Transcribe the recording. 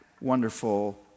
wonderful